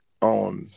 on